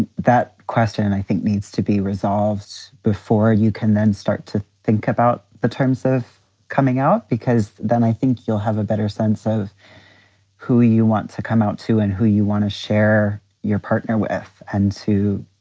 that question i think needs to be resolved before you can then start to think about the terms of coming out, because then i think you'll have a better sense of who you want to come out to and who you want to share your partner with and to,